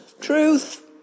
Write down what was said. Truth